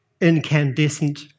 incandescent